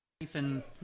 Nathan